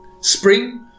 Spring